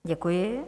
Děkuji.